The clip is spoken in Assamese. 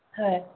হয়